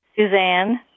Suzanne